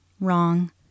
Wrong